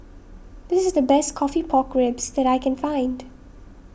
this is the best Coffee Pork Ribs that I can find